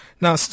Now